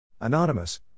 Anonymous